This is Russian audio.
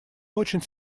очень